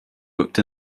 booked